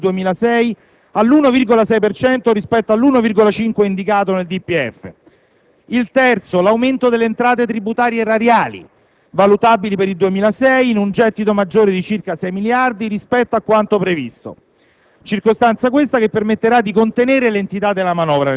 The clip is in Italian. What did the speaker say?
a rivedere lievemente al rialzo la stima della crescita per il 2006 (all'1,6 per cento, rispetto all'1,5 indicato nel DPEF). Il terzo è l'aumento delle entrate tributarie erariali, valutabili per il 2006 in un gettito maggiore di circa 6 miliardi rispetto a quanto previsto;